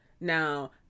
Now